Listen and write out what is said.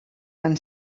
van